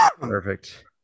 Perfect